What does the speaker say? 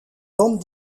bande